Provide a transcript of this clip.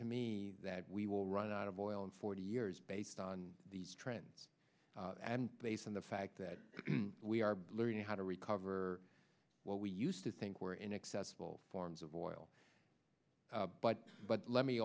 to me that we will run out of oil in forty years based on these trends and based on the fact that we are learning how to recover what we used to think were inaccessible forms of oil but but let me